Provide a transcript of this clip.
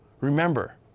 Remember